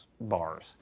bars